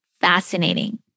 fascinating